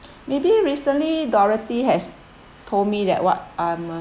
maybe recently dorothy has told me that what I'm a